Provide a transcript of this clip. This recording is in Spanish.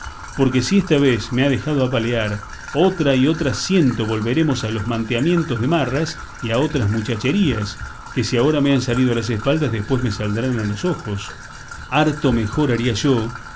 porque si esta vez me ha dejado apalear otra y otras ciento volveremos a los manteamientos de marras y a otras muchacherías que si ahora me han salido a las espaldas después me saldrán a los ojos harto mejor haría yo